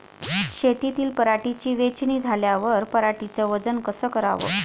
शेतातील पराटीची वेचनी झाल्यावर पराटीचं वजन कस कराव?